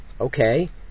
okay